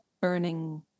burning